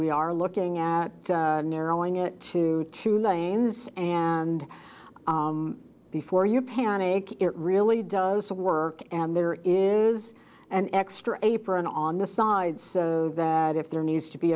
we are looking at narrowing it to two lanes and before you panic it really does work and there is an extra apron on the side so that if there needs to be